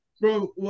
bro